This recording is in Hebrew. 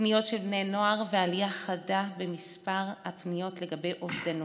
פניות של בני נוער ועלייה חדה במספר הפניות לגבי אובדנות,